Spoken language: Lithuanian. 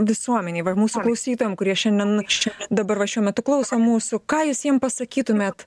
visuomenei va mūsų klausytojam kurie šiandien dabar va šiuo metu klauso mūsų ką jūs jiem pasakytumėt